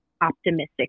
optimistic